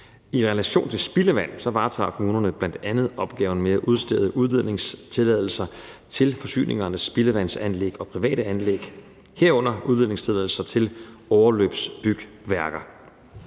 I relation til spildevand varetager kommunerne bl.a. opgaven med at udstede udledningstilladelser til forsyningsvirksomhedernes spildevandsanlæg og private anlæg, herunder udledningstilladelser til overløbsbygværker.